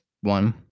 one